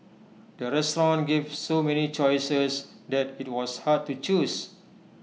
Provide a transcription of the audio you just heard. the restaurant gave so many choices that IT was hard to choose